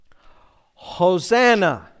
Hosanna